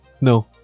No